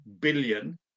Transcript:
billion